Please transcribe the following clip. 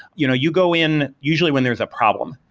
you know you go in usually when there's a problem.